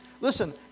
Listen